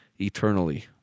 eternally